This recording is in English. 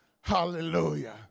Hallelujah